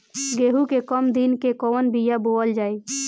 गेहूं के कम दिन के कवन बीआ बोअल जाई?